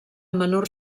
menor